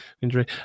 Injury